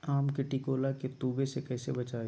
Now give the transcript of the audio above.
आम के टिकोला के तुवे से कैसे बचाई?